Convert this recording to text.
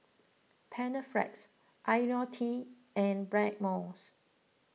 Panaflex Ionil T and Blackmores